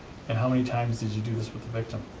and how many times did you do this with the victim?